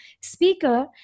speaker